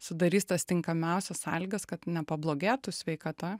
sudarys tas tinkamiausias sąlygas kad nepablogėtų sveikata